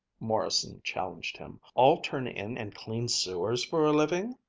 morrison challenged him all turn in and clean sewers for a living?